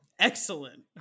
excellent